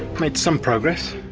made some progress.